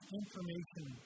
information